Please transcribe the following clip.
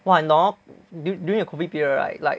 during the COVID period right like